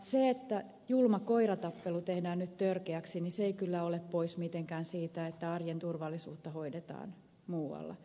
se että julma koiratappelu tehdään nyt törkeäksi ei kyllä ole pois mitenkään siitä että arjen turvallisuutta hoidetaan muualla